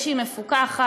שהיא מפוקחת,